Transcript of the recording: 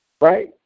right